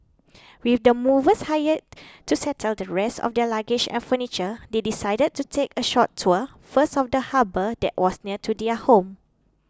with the movers hired to settle the rest of their luggage and furniture they decided to take a short tour first of the harbour that was near to their home